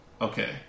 Okay